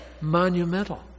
monumental